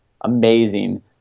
amazing